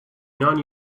nine